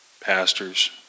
pastors